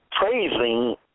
Praising